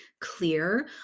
clear